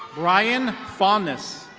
ryan faunness.